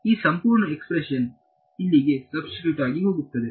ಈ ಸಂಪೂರ್ಣ ಎಕ್ಸ್ಪ್ರೆಷನ್ ಇಲ್ಲಿಗೆ ಸಬ್ಸ್ಟಿಟ್ಯೂಟ್ ಆಗಿ ಹೋಗುತ್ತದೆ